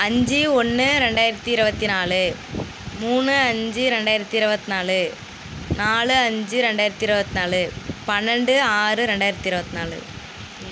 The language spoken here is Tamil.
அஞ்சு ஒன்று ரெண்டாயிரத்தி இருபத்தி நாலு மூணு அஞ்சு ரெண்டாயிரத்தி இருவத்தி நாலு நாலு அஞ்சு ரெண்டாயரத்தி இருவத்தி நாலு பன்னெண்டு ஆறு ரெண்டாயரத்தி இருவத்தி நாலு